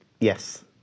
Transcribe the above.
Yes